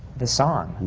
the song,